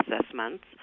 assessments